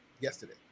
yesterday